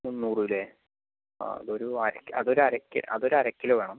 മുന്നൂറ് അല്ലേ ആ അതൊരു അര അതൊരു അര കിലോ വേണം